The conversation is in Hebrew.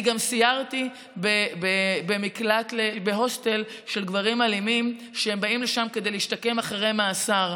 אני גם סיירתי בהוסטל של גברים אלימים שבאים לשם כדי להשתקם אחרי מאסר.